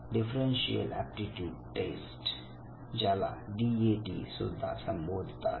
differential aptitude test ज्याला D A T सुद्धा संबोधतात